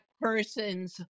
person's